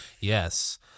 Yes